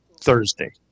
thursday